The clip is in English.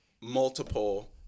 multiple